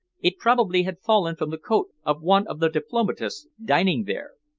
it probably had fallen from the coat of one of the diplomatists dining there.